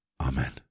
Amen